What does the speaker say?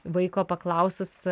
vaiko paklausus